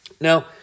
Now